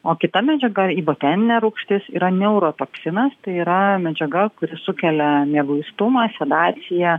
o kita medžiaga iboteninė rūgštis yra neurotoksinas tai yra medžiaga kuri sukelia mieguistumą sedaciją